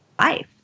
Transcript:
life